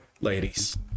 ladies